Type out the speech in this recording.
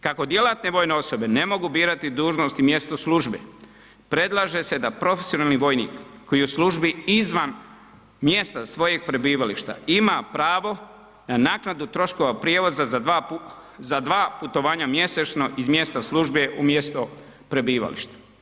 Kako djelatne vojne osobe ne mogu birati dužnost i mjesto službe predlaže se da profesionalni vojnik koji je u službi izvan mjesta svojeg prebivališta ima pravo na naknadu troškova prijevoza za dva putovanja mjesečno iz mjesta službe u mjesto prebivališta.